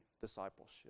discipleship